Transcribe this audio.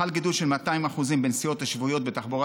חל גידול של 200% בנסיעות השבועיות בתחבורה